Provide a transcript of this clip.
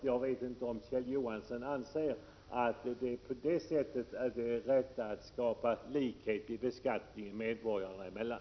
Jag vet inte om Kjell Johansson anser att det på det sättet är lättare att skapa likhet i beskattningen medborgarna emellan.